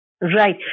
Right